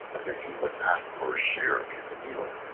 as if he would ask for a share of his meal.